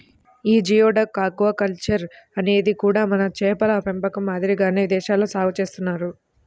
యీ geoduck aquaculture అనేది కూడా మన చేపల పెంపకం మాదిరిగానే విదేశాల్లో సాగు చేత్తన్నారు